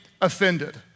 offended